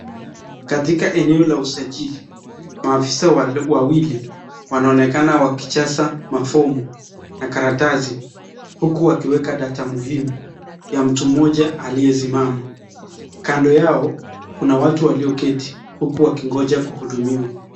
Katika eneo la usajili maafisa wawili wanaonekana wakijaza mafomu na karatasi huku wakiweka data muhimu ya mtu mmoja aliyesimama kando yao kuna watu walioketi huku wakingoja kuhudumiwa .